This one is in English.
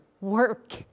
work